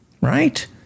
Right